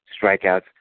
strikeouts